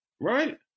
right